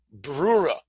Brura